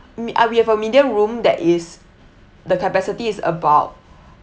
me~ uh we have a medium room that is the capacity is about